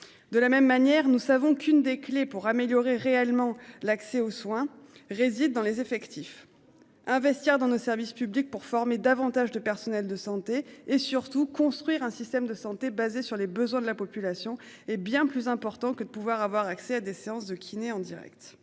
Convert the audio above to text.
de la même manière, nous savons qu'une des clés pour améliorer réellement l'accès aux soins réside dans les effectifs. Investir dans nos services publics pour former davantage de personnel de santé et surtout construire un système de santé basé sur les besoins de la population. Hé bien plus important que de pouvoir avoir accès à des séances de kiné en Direct